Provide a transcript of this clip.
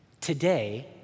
today